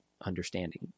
understanding